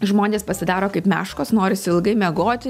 žmonės pasidaro kaip meškos norisi ilgai miegoti